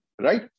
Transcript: right